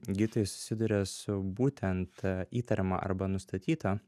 gydytojai susiduria su būtent įtariama arba nustatyta